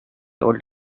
old